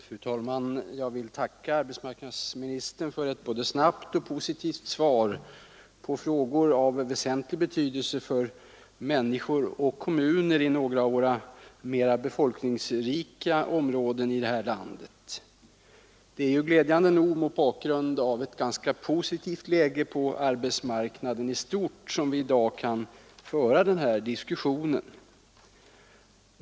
Fru talman! Jag tackar arbetsmarknadsministern för ett både snabbt och positivt svar på frågor av väsentlig betydelse för människor och kommuner i några av våra mer befolkningsrika områden i landet. Det är glädjande nog mot bakgrund av ett ganska positivt läge på arbetsmarknaden i stort som vi i dag kan föra våra diskussioner.